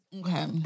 okay